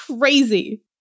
crazy